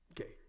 Okay